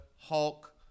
Hulk